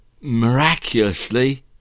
miraculously